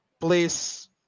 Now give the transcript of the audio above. please